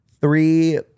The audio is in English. three